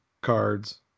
cards